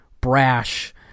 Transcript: brash